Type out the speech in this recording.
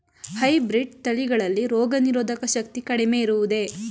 Hybrid ತಳಿಗಳಲ್ಲಿ ರೋಗನಿರೋಧಕ ಶಕ್ತಿ ಕಡಿಮೆ ಇರುವುದೇ?